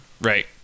Right